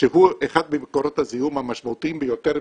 שהוא אחד ממקורות הזיהום המשמעותיים ביותר,